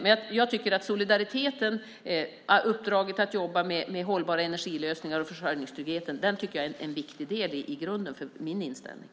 Men jag tycker att solidariteten och uppdraget att jobba med hållbara energilösningar och försörjningstrygghet är en viktig del i grunden för min inställning.